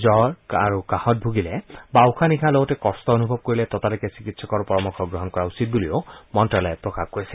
জ্বৰ কাহত ভুগিলে বা উশাহ নিশাহ লওঁতে কষ্ট অনুভৱ কৰিলে ততালিকে চিকিৎসকৰ পৰামৰ্শ গ্ৰহণ কৰা উচিত বুলিও মন্ত্ৰ্যালয়ে প্ৰকাশ কৰিছে